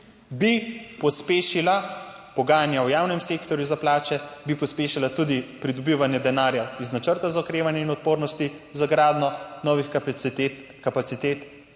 bi pospešila pogajanja v javnem sektorju za plače, bi pospešila tudi pridobivanje denarja iz načrta za okrevanje in odpornosti za gradnjo novih kapacitet. Saj ne